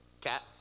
cat